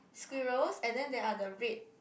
squirrels and then they are the red